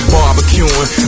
Barbecuing